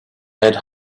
had